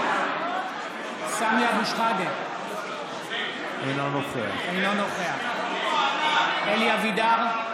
שחאדה, אינו נוכח אלי אבידר,